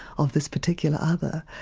of this particular other.